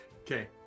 Okay